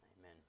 Amen